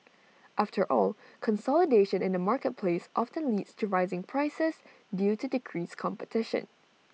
after all consolidation in the marketplace often leads to rising prices due to decreased competition